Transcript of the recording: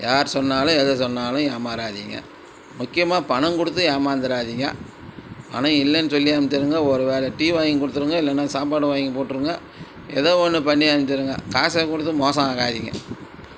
யார் சொன்னாலும் எது சொன்னாலும் ஏமாறாதீங்க முக்கியமாக பணம் கொடுத்து ஏமாந்துராதீங்க பணம் இல்லேனு சொல்லி அனுப்பிச்சிருங்க ஒருவேளை டீ வாங்கிக் கொடுத்துருங்க இல்லைனா சாப்பாடு வாங்கிப் போட்டுருங்க எதோ ஒன்று பண்ணி அனுப்பிச்சிருங்க காசைக் கொடுத்து மோசம் ஆயிராதீங்க